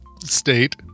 state